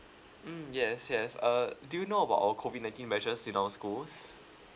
mm yes yes uh do you know about our COVID nineteen measures in our schools